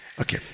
Okay